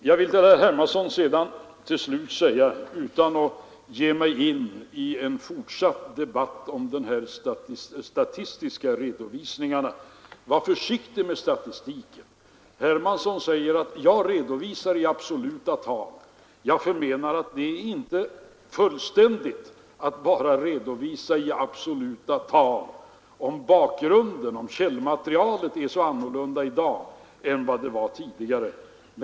Jag vill till slut till herr Hermansson, utan att ge mig in i en fortsatt debatt om de statistiska redovisningarna, säga: Var försiktig med statistiken! Herr Hermansson säger att han redovisar i absoluta tal. Jag förmenar att det inte är fullständigt att bara redovisa i absoluta tal, om källmaterialet är så annorlunda i dag än det var tidigare.